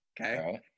Okay